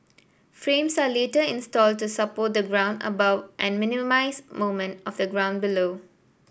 frames are later installed to support the ground above and minimise movement of the ground below